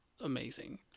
Amazing